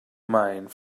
mind